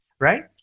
right